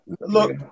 look